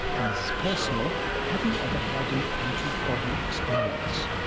and this is personal have you ever had an out-of-body experience?